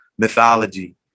mythology